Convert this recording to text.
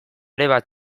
ere